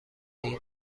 این